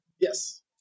yes